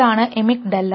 ഇതാണ് എമിക് ഡെല്ല